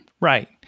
right